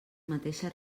mateixa